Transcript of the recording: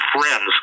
friends